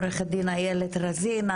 עורכת הדין איילת רזין.